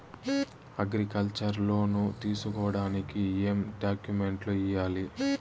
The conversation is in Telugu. అగ్రికల్చర్ లోను తీసుకోడానికి ఏం డాక్యుమెంట్లు ఇయ్యాలి?